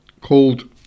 called